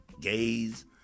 gays